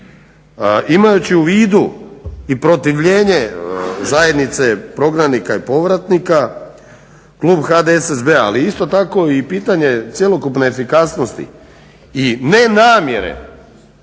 imajući u vidi i protivljenje zajednice prognanika i povratnika klub HDSSB-a ali isto tako i pitanje cjelokupne efikasnosti i nenamjere